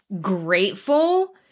grateful